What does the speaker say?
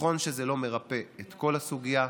נכון שזה לא מרפא את כל הסוגיה,